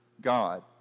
God